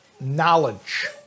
knowledge